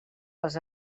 les